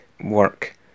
work